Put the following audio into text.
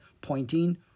pointing